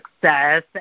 success